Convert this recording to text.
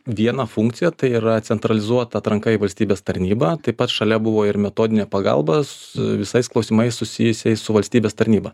vieną funkciją tai yra centralizuota atranka į valstybės tarnybą taip pat šalia buvo ir metodinė pagalba su visais klausimais susijusiais su valstybės tarnyba